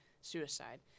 suicide